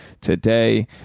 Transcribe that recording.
today